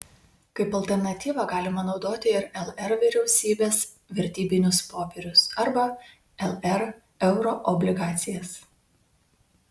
kaip alternatyvą galima naudoti ir lr vyriausybės vertybinius popierius arba lr euroobligacijas